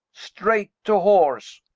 straight to horse.